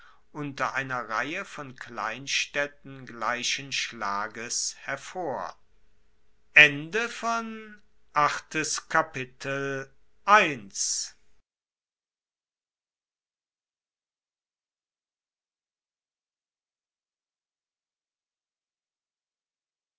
unter einer reihe von kleinstaedten gleichen schlages hervor